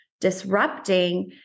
disrupting